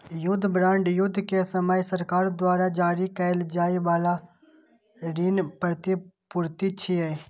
युद्ध बांड युद्ध के समय सरकार द्वारा जारी कैल जाइ बला ऋण प्रतिभूति छियै